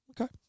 Okay